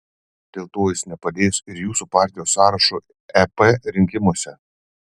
dėl to jis nepadės ir jūsų partijos sąrašui ep rinkimuose